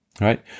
right